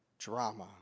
Drama